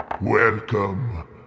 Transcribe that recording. Welcome